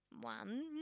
one